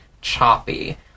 choppy